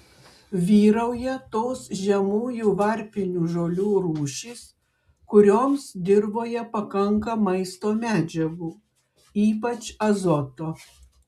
vyrauja tos žemųjų varpinių žolių rūšys kurioms dirvoje pakanka maisto medžiagų ypač azoto